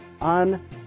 on